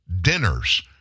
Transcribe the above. dinners